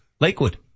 Lakewood